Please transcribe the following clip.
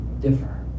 differ